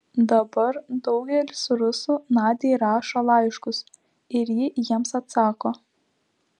dabar daugelis rusų nadiai rašo laiškus ir ji jiems atsako